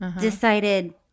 decided